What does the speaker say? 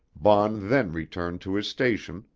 baughn then returned to his station,